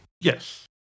Yes